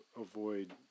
avoid